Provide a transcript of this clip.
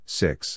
six